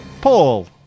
Paul